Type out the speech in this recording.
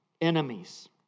enemies